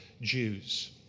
Jews